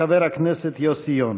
חבר הכנסת יוסי יונה.